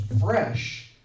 fresh